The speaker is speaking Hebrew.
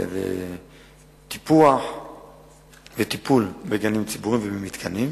טיפוח וטיפול בגנים ציבוריים ובמתקנים.